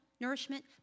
nourishment